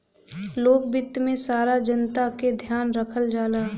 लोक वित्त में सारा जनता क ध्यान रखल जाला